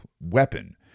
weapon